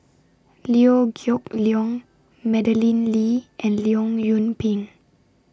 Liew Geok Leong Madeleine Lee and Leong Yoon Pin